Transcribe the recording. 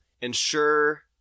ensure